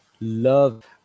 love